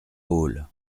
haule